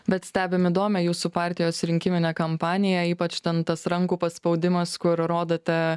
bet stebim įdomią jūsų partijos rinkiminę kampaniją ypač ten tas rankų paspaudimas kur rodote